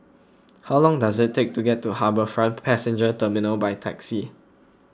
how long does it take to get to HarbourFront Passenger Terminal by taxi